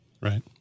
Right